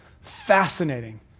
fascinating